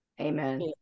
amen